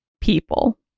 people